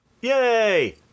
Yay